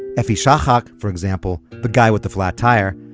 efi shahak, for example, the guy with the flat tire,